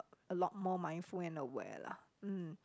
a lot more mindful and aware lah mm